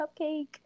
cupcake